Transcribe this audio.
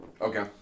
Okay